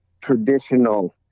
traditional